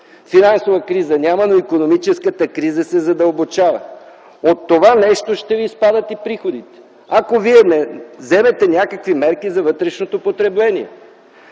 Финансова криза няма, но икономическата криза се задълбочава. От това нещо ще ви спадат и приходите, ако не вземете мерки за вътрешното потребление.